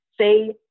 say